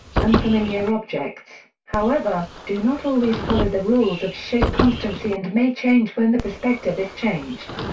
unfamiliar objects, however, do not always follow the rules of shape constancy and may change when the perspective is changed.